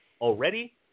already